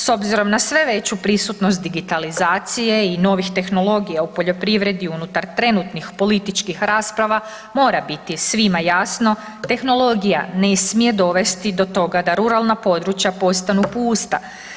S obzirom na sve veću prisutnost digitalizacije i novih tehnologija u poljoprivredi unutar trenutnih političkih rasprava mora biti svima jasno tehnologija ne smije dovesti do toga da ruralna područja postanu pusta.